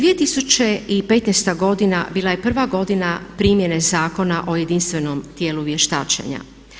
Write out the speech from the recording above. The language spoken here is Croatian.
2015. godina bila je prva godina primjene Zakona o jedinstvenom tijelu vještačenja.